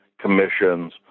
commissions